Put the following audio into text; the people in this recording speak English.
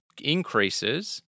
increases